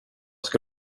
ska